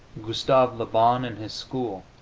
gustave le bon and his school,